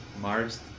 Mars